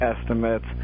estimates